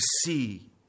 see